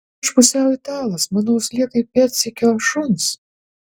juk aš pusiau italas mano uoslė kaip pėdsekio šuns